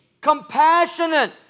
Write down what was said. compassionate